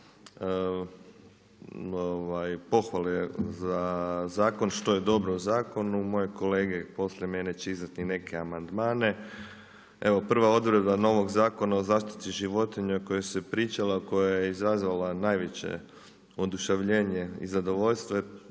pohvale za zakon što je dobro u zakonu. Moje kolege poslije mene će iznijeti i neke amandmane. Evo prva odredba novog Zakona o zaštiti životinja koja se pričala, koja je izazvala najveće oduševljenje i zadovoljstvo